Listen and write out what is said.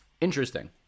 Interesting